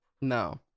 No